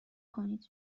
کنید